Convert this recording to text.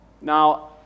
Now